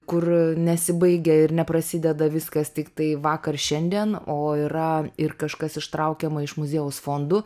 kur nesibaigia ir neprasideda viskas tiktai vakar šiandien o yra ir kažkas ištraukiama iš muziejaus fondų